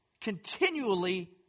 continually